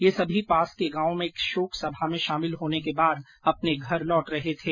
ये सभी पास के गांव में एक शोक सभा में शामिल होने के बाद अपने घर लौट रहे थे